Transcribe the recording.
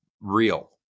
real